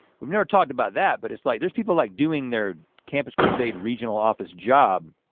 we've never talked about that. but it's like, there's people like doing their campus crusade regional office job